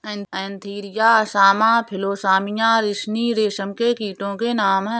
Antheraea असामा फिलोसामिया रिसिनी रेशम के कीटो के नाम हैं